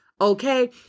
Okay